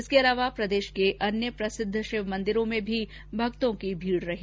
इसके अलावा प्रदेश के अन्य प्रसिद्ध शिव मन्दिरों में भी भक्तों की भीड़ रही